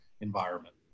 environment